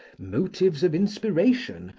motives of inspiration,